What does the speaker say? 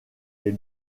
des